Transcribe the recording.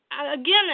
Again